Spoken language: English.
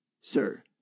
sir